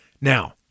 Now